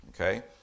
Okay